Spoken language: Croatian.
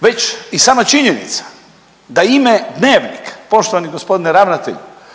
Već i sama činjenica da ime Dnevnik poštovani gospodine ravnatelju,